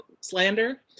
slander